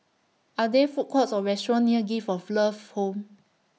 Are There Food Courts Or restaurants near Gift of Love Home